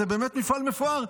זה באמת מפעל מפואר,